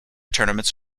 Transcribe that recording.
tournaments